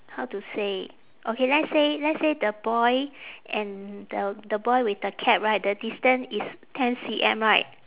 how to say okay let's say let's say the boy and the the boy with the cap right the distance is ten C_M right